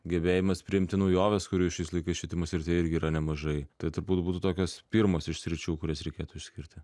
gebėjimas priimti naujoves kurių šiais laikais švietimo srityje irgi yra nemažai tai turbūt būtų tokios pirmos iš sričių kurias reikėtų išskirti